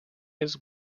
his